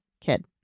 kid